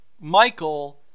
Michael